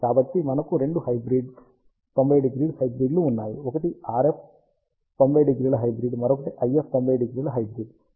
కాబట్టి మనకు రెండు హైబ్రిడ్లు 90° హైబ్రిడ్లు ఉన్నాయి ఒకటి RF 90° హైబ్రిడ్ మరొకటి IF 90° హైబ్రిడ్